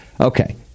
Okay